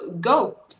go